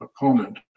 opponent